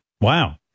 Wow